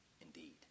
indeed